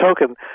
token